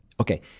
Okay